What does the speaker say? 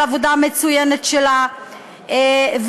על עבודה מצוינת שלה,